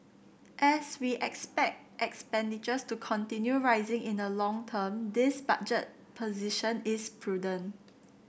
as we expect expenditures to continue rising in the long term this budget position is prudent